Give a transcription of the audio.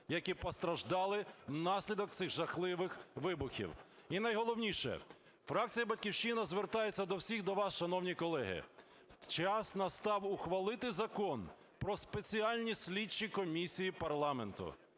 які постраждали внаслідок цих жахливих вибухів. І найголовніше. Фракція "Батьківщина" звертається до всіх до вас, шановні колеги: час настав ухвалити закон про спеціальні слідчі комісії парламенту,